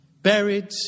Buried